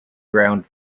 ground